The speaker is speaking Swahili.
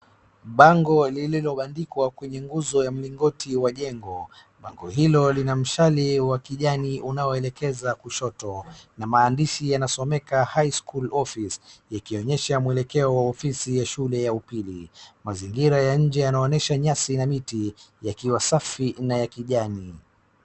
Bango lililobandiwa kwenye nguzo la mlingoti wa jengo. Bango hilo lina mshale wa kijani unaoelekeza kushoto na maandishi yanasomeka high school office yakionyesha mwelekeo wa ofisi ya shule ya upili. Mazingira ya nje yanaonesha nyasi na miti yakiwa safi na ya kijani.